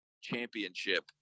championship